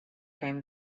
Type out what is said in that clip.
came